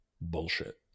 bullshit